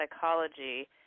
psychology